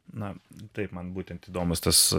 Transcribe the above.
na taip man būtent įdomus tas